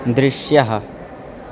दृश्यः